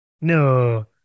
no